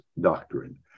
doctrine